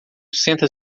senta